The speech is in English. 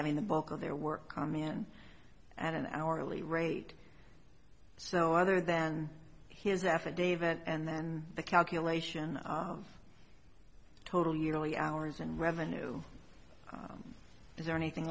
having the bulk of their work on man at an hourly rate so other than his affidavit and then the calculation of total yearly hours and revenue is there anything